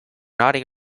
naughty